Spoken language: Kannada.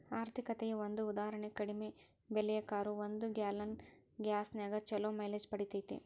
ಆರ್ಥಿಕತೆಯ ಒಂದ ಉದಾಹರಣಿ ಕಡಿಮೆ ಬೆಲೆಯ ಕಾರು ಒಂದು ಗ್ಯಾಲನ್ ಗ್ಯಾಸ್ನ್ಯಾಗ್ ಛಲೋ ಮೈಲೇಜ್ ಪಡಿತೇತಿ